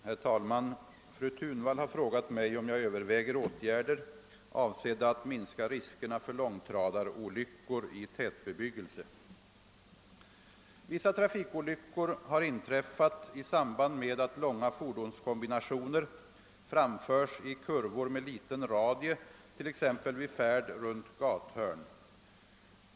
Herr talman! Fru Thunvall har frågat mig om jag överväger åtgärder avsedda att minska riskerna för långtradarolyckor i tätbebyggelse. Vissa trafikolyckor har inträffat i samband med att långa fordonskombinationer framförs i kurvor med liten radie, t.ex. vid färd runt gathörn.